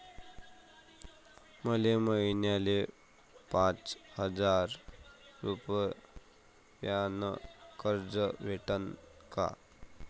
मले महिन्याले पाच हजार रुपयानं कर्ज भेटन का?